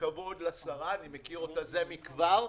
כבוד לשרה, אני מכיר אותה זה מכבר,